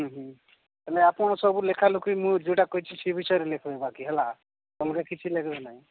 ହୁଁ ହୁଁ ହେଲେ ଆପଣ ସବୁ ଲେଖା ଲୁଖି ମୁଁ ଯୋଉଟା କହିଛି ସେଇ ବିଷୟରେ ଲେଖିବେ ବାକି ହେଲା ଅଲଗା କିଛି ଲେଖିବେ ନାହିଁ